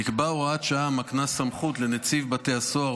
נקבעה הוראת שעה המקנה סמכות לנציב בתי הסוהר,